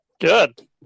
Good